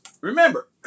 remember